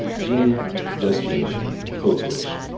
gene just gene code switch.